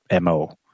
mo